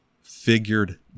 figured